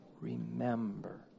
Remember